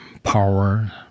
power